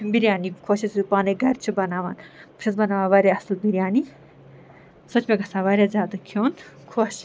بِریانی خۄش یُس أسۍ پانَے گَرِ چھِ بَناوان بہٕ چھَس بَناوان واریاہ اَصٕل بِریانی سۄ چھِ مےٚ گژھان واریاہ زیادٕ کھیوٚن خۄش